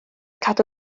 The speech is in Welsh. cadw